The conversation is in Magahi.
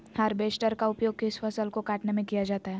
हार्बेस्टर का उपयोग किस फसल को कटने में किया जाता है?